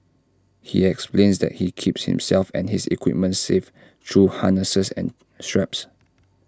he explains that he keeps himself and his equipment safe through harnesses and straps